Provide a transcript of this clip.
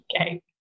Okay